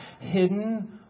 hidden